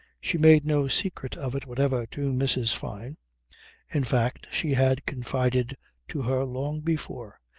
she made no secret of it whatever to mrs. fyne in fact, she had confided to her, long before,